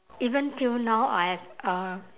even till now I have uh